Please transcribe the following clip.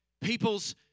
People's